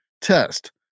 test